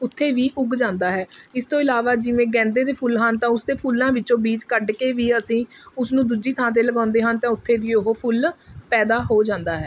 ਉੱਥੇ ਵੀ ਉੱਗ ਜਾਂਦਾ ਹੈ ਇਸ ਤੋਂ ਇਲਾਵਾ ਜਿਵੇਂ ਗੈਂਦੇ ਦੇ ਫੁੱਲ ਹਨ ਤਾਂ ਉਸ ਦੇ ਫੁੱਲਾਂ ਵਿੱਚੋਂ ਬੀਜ ਕੱਢ ਕੇ ਵੀ ਅਸੀਂ ਉਸਨੂੰ ਦੂਜੀ ਥਾਂ 'ਤੇ ਲਗਾਉਂਦੇ ਹਨ ਤਾਂ ਉੱਥੇ ਵੀ ਉਹ ਫੁੱਲ ਪੈਦਾ ਹੋ ਜਾਂਦਾ ਹੈ